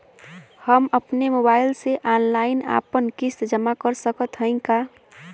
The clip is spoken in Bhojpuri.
हम अपने मोबाइल से ऑनलाइन आपन किस्त जमा कर सकत हई का?